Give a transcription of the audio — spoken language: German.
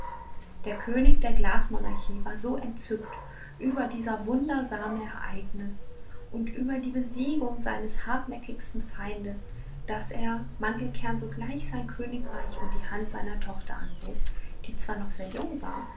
der könig der glasmonarchie war so entzückt über dieser wundersame ereignis und über die besiegung seines hartnäckigsten feindes daß er mandelkern sogleich sein königreich und die hand seiner tochter anbot die zwar noch sehr jung war